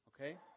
okay